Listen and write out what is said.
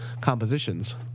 compositions